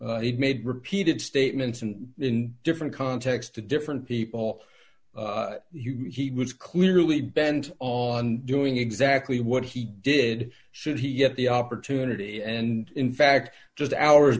he'd made repeated statements and in different contexts to different people he was clearly bent on doing exactly what he did should he have the opportunity and in fact just hours